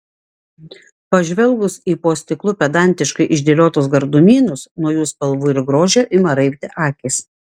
pažvelgus į po stiklu pedantiškai išdėliotus gardumynus nuo jų spalvų ir grožio ima raibti akys